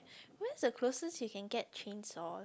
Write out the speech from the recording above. where's the closest you can get chainsaws